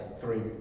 Three